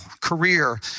career